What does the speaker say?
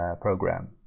program